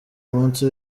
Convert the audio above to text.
umunsi